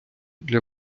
для